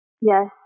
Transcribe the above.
Yes